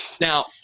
Now